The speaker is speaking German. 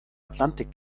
atlantik